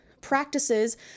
practices